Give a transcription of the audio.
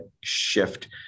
shift